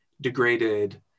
degraded